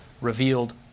revealed